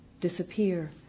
disappear